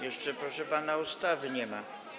Jeszcze, proszę pana, ustawy nie ma.